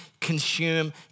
consume